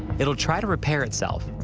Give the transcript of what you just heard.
it will try to repair itself.